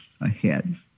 ahead